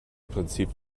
prinzip